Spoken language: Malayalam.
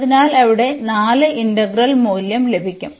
അതിനാൽ അവിടെ 4 ഇന്റഗ്രൽ മൂല്യം ലഭിക്കും